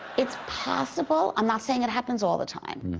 it's passible i'm not saying it happens all the time.